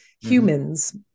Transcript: humans